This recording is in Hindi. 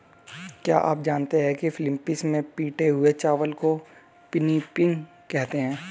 क्या आप जानते हैं कि फिलीपींस में पिटे हुए चावल को पिनिपिग कहते हैं